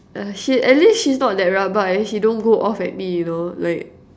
uh she at least she's not that rabak and she don't go off at me you know like